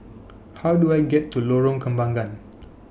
How Do I get to Lorong Kembagan